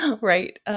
right